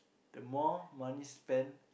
the more money spend